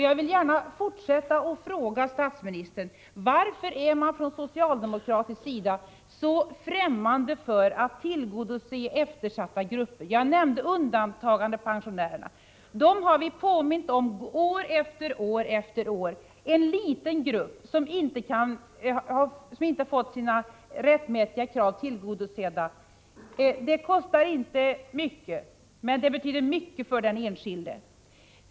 Jag vill gärna fortsätta att fråga statsministern: Varför är man från socialdemokratisk sida så främmande för att tillgodose eftersatta grupper? Jag nämnde undantagandepensionärerna, som vi har påmint om år efter år. De är en liten grupp som inte har fått sina rättmätiga krav tillgodosedda. Det kostar inte mycket, men betyder mycket för den enskilde.